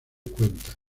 cuentas